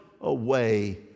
away